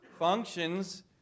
functions